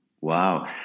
Wow